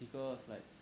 几个 slides